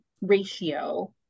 ratio